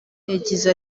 yagize